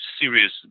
serious